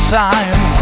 time